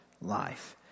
life